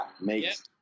Makes